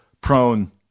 prone